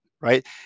right